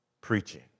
preaching